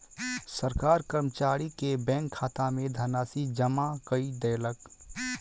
सरकार कर्मचारी के बैंक खाता में धनराशि जमा कय देलक